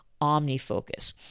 OmniFocus